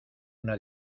una